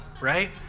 Right